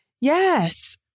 Yes